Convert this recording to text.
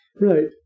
Right